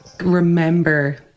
remember